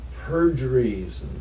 perjuries